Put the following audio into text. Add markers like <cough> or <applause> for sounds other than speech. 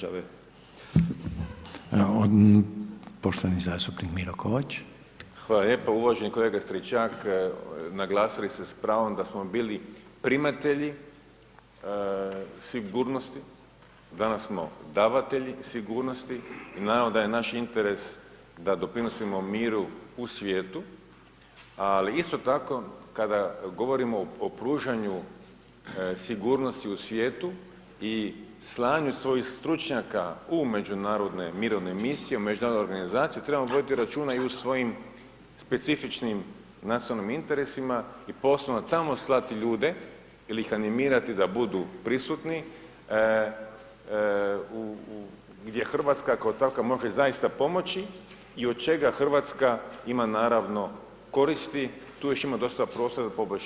Hvala lijepo, uvaženi kolega Stričak, naglasili ste s pravom, da smo bili primatelji sigurnosti, danas smo davatelji sigurnosti i naravno da je naš interes da doprinosimo miru u svijetu, ali isto tako, kada govorimo o pružanju sigurnosti u svijetu i slanju svojih stručnjake u međunarodne mirovne misije, u međunarodne organizacije, treba voditi računa i o svojim specifičnim nacionalnim interesima i … <unintelligible> tamo slati ljude ili ih animirati da budu prisutni, gdje Hrvatska, … <unintelligible> zaista pomoći i od čega Hrvatska ima naravno koristi, tu još ima dosta prostora za poboljšanje.